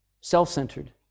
self-centered